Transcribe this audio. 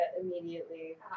immediately